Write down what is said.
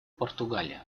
португалии